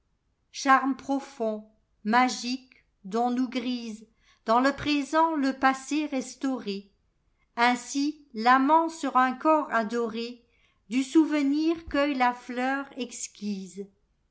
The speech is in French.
charme profond magique dont nous grisedans le présent le passé restauré ainsi l'amant sur un corps adorédu souvenir cueille la fleur exquise